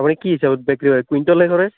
আপুনি কি হিচাপত বিক্ৰী কৰে কুইণ্টলে কৰে